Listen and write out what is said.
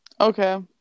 Okay